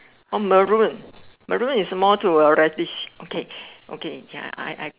oh Maroon Maroon is more to a reddish okay okay ya I I